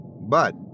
But